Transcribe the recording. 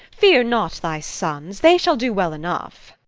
fear not thy sons they shall do well enough.